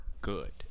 good